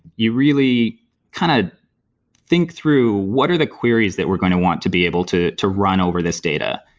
you really kind of think through what are the queries that we're going to want to be able to to run over this data.